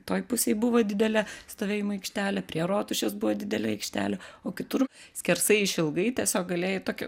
toj pusėj buvo didelė stovėjimo aikštelė prie rotušės buvo didelė aikštelė o kitur skersai išilgai tiesiog galėjai tokia